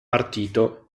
partito